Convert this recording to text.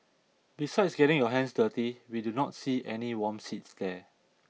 besides getting your hands dirty we do not see any warm seats there